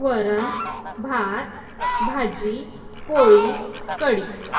वरण भात भाजी पोळी कडी